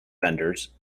vendors